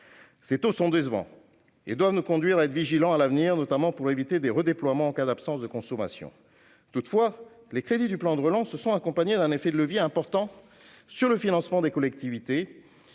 Ces taux sont décevants et doivent nous conduire, à l'avenir, à nous montrer vigilants, notamment pour éviter des redéploiements en cas d'absence de consommation. Toutefois, les crédits du plan de relance ont eu un effet de levier important sur le financement des collectivités